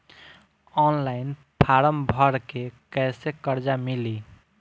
Online form भर के कैसे कर्जा मिली?